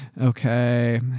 Okay